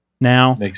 now